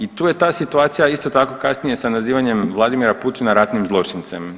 I tu je ta situacija, a isto tako kasnije sa nazivanjem Vladimira Putina ratnim zločincem.